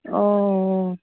অঁ